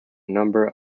number